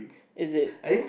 is it